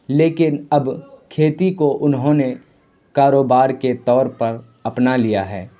لیکن اب کھیتی کو انہوں نے کاروبار کے طور پر اپنا لیا ہے